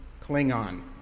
Klingon